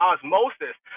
Osmosis